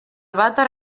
vàter